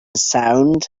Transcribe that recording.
sound